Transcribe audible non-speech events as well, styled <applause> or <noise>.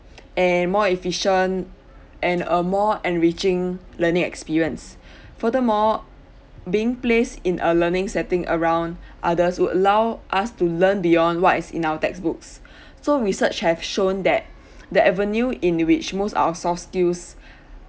<noise> and more efficient and a more enriching learning experience <breath> furthermore being placed in a learning setting around others would allow us to learn beyond what is in our textbooks <breath> so research have shown that the avenue in which most our soft skills